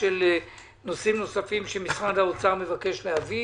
נושאים נוספים שמשרד האוצר מבקש להביא.